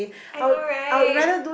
I know right